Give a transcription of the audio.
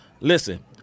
Listen